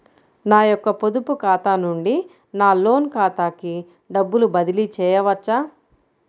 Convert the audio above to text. నా యొక్క పొదుపు ఖాతా నుండి నా లోన్ ఖాతాకి డబ్బులు బదిలీ చేయవచ్చా?